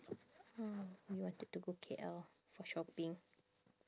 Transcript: uh we wanted to go K_L for shopping